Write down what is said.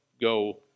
go